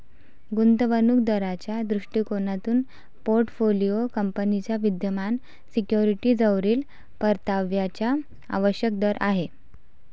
गुंतवणूक दाराच्या दृष्टिकोनातून पोर्टफोलिओ कंपनीच्या विद्यमान सिक्युरिटीजवरील परताव्याचा आवश्यक दर आहे